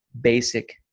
Basic